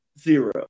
zero